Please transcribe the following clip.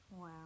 Wow